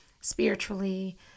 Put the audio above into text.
spiritually